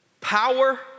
power